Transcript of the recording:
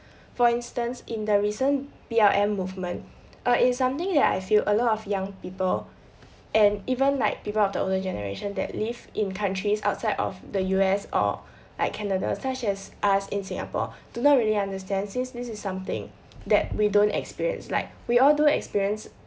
for instance in the recent B_L_M movement err its something that I feel a lot of young people and even like people of the older generation that live in countries outside of the U_S or at canada such as us in singapore do not really understand since this is something that we don't experience like we all do experience